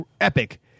epic